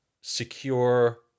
secure